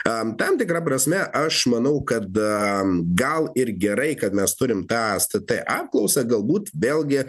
tam tikra prasme aš manau kad gal ir gerai kad mes turim stt apklausą galbūt vėlgi